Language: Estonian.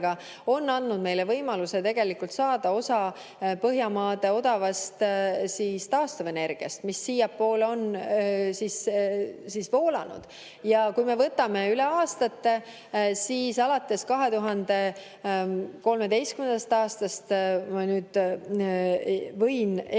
on andnud meile võimaluse saada osa Põhjamaade odavast taastuvenergiast, mis siiapoole on voolanud. Ja kui me võtame üle aastate, siis alates 2013. aastast – ma võin eksida,